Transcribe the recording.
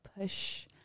push